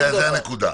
זאת הנקודה.